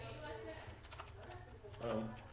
אתחיל מלסקור את הסיוע שנתנו עד כה בתחום הגריאטריה